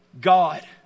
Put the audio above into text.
God